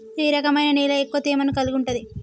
ఏ రకమైన నేల ఎక్కువ తేమను కలిగుంటది?